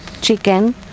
Chicken